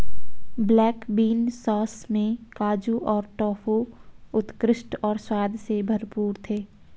black bean sauce में काजू और टोफू उत्कृष्ट और स्वाद से भरपूर थे